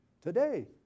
today